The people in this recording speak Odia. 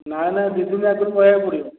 ନାଇଁ ନାଇଁ ଦୁଇ ଦିନ ଆଗରୁ କହିବାକୁ ପଡ଼ିବ